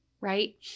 right